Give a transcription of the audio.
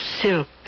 Silk